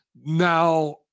now